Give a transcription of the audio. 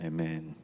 Amen